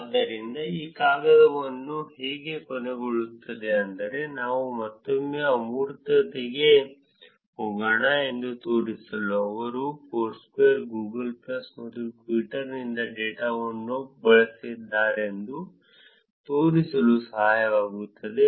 ಆದ್ದರಿಂದ ಈ ಕಾಗದವು ಹೇಗೆ ಕೊನೆಗೊಳ್ಳುತ್ತದೆ ಅಂದರೆ ನಾವು ಮತ್ತೊಮ್ಮೆ ಅಮೂರ್ತತೆಗೆ ಹೋಗೋಣ ಎಂದು ತೋರಿಸಲು ಅವರು ಫೋರ್ಸ್ಕ್ವೇರ್ ಗೂಗಲ್ ಪ್ಲಸ್ ಮತ್ತು ಟ್ವಿಟರ್ ನಿಂದ ಡೇಟಾವನ್ನು ಬಳಸಿದ್ದಾರೆಂದು ತೋರಿಸಲು ಸಹಾಯವಾಗುತ್ತದೆ